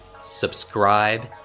subscribe